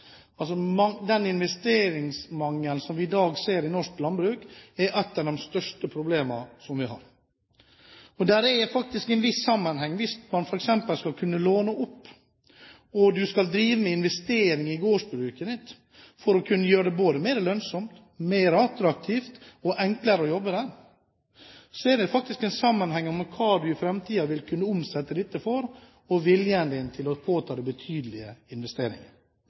Den investeringsmangelen som vi i dag ser i norsk landbruk, er ett av de største problemene vi har. Og det er faktisk en viss sammenheng: Hvis man f.eks. skal kunne låne og drive med investering i gårdsbruket sitt for å kunne gjøre det mer lønnsomt, mer attraktivt og enklere å jobbe der, så er det faktisk en sammenheng mellom hva man i framtiden kan omsette dette for, og viljen til å påta seg de betydelige